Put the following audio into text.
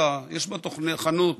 יש לה חנות,